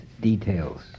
details